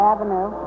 Avenue